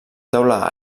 teula